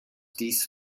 dies